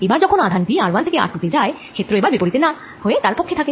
এবার যখন আধান টি r1 থেকে r2 তে যায় ক্ষেত্র এবার তার বিপরীতে না হয়ে তার পক্ষে থাকে